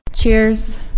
Cheers